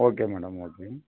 okay madam okay